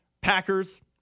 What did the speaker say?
Packers